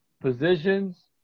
positions